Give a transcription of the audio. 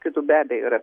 kitų be abejo yra